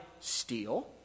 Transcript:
steal